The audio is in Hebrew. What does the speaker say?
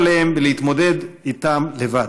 ולהתמודד איתם לבד.